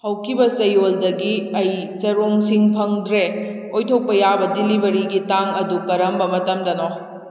ꯍꯧꯈꯤꯕ ꯆꯌꯣꯜꯗꯒꯤ ꯑꯩ ꯆꯔꯣꯡꯁꯤꯡ ꯐꯪꯗ꯭ꯔꯦ ꯑꯣꯏꯊꯣꯛꯄ ꯌꯥꯕ ꯗꯤꯂꯤꯚꯔꯤꯒꯤ ꯇꯥꯡ ꯑꯗꯨ ꯀꯔꯝꯕ ꯃꯇꯝꯗꯅꯣ